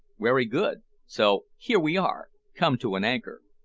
werry good so here we are come to an anchor!